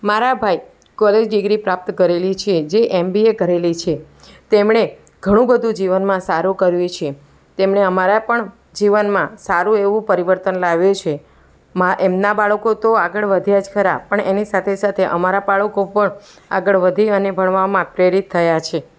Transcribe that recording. મારા ભાઈ college degree પ્રાપ્ત કરેલી છે જે એમ બી એ કરેલી છે તેમણે ઘણું બધું જીવનમાં સારું કર્યું છે તેમણે અમારા પણ જીવનમાં સારું એવું પરિવર્તન લાવ્યું છે મા એમના બાળકો તો આગળ વધ્યા જ ખરા પણ એની સાથે સાથે અમારા બાળકો પણ આગળ વધી અને ભણવામાં પ્રેરિત થયા છે